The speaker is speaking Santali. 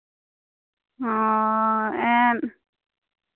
ᱚ